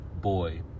boy